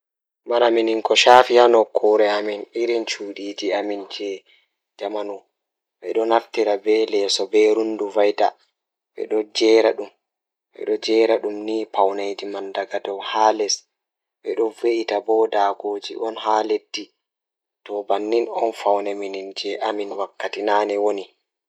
Waawataa waɗude vacuum so tawii nguurndam waawataa waɗtude njiddude e soɓɓi, nde o waɗataa njiddude e dow leñol ngal. Jokkondir vacuum e jaɓɓude waɗde nafoore he ƴettude e ngal toowde ko ɓuri. Ko e nguurndam heɓa ngam fiyaangu, miɗo waɗataa jaɓde to lowre nder room ngal.